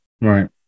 Right